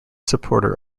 supporter